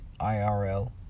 IRL